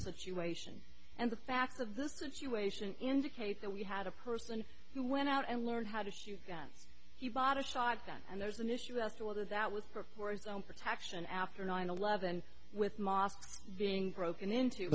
situation and the facts of this situation indicate that we had a person who went out and learned how to shoot guns he bought a shotgun and there's an issue as to whether that was her for its own protection after nine eleven with mosques being broken into